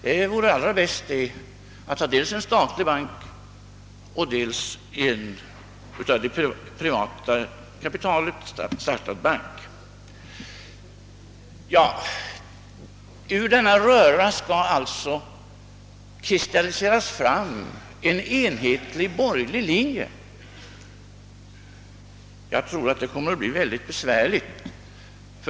Det vore allra bäst att ha dels en statlig bank och dels en av det privata kapitalet startad bank. Ur denna röra skall alltså kristalliseras fram en enhetlig borgerlig linje. Jag tror att det kommer att bli mycket besvärligt.